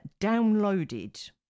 downloaded